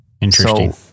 Interesting